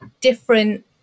different